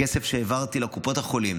הכסף שהעברתי לקופות החולים